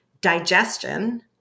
digestion